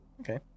Okay